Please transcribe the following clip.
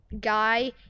guy